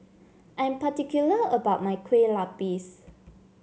I am particular about my Kueh Lapis